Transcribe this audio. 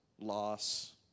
Loss